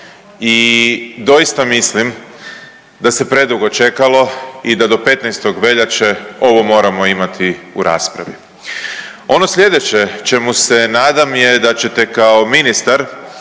i doista mislim da se predugo čekalo i da do 15. veljače ovo moramo imati u raspravi. Ono slijedeće čemu se nadam je da ćete kao ministar